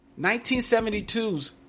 1972's